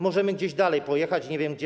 Możemy gdzieś dalej pojechać - nie wiem gdzie.